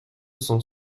cent